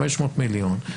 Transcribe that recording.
500 מיליון,